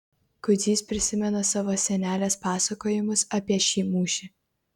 kudzys prisimena savo senelės pasakojimus apie šį mūšį